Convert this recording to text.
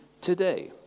Today